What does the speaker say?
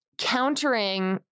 countering